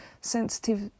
sensitive